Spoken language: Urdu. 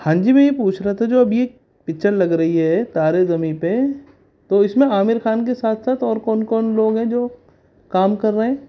ہاں جی بھ یہ پوچھ رہا تھا جو اب یہ پکچر لگ رہی ہے تارے زممی پہ تو اس میں عامر خان کے ساتھ ساتھ اور کون کون لوگ ہیں جو کام کر رہے ہیں